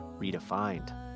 Redefined